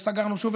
וסגרנו שוב,